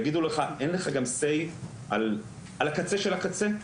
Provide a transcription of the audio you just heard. ויגידו לך, אין לך גם SAY על הקצה של הקצה,